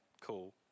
cool